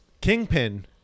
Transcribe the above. Kingpin